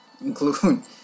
including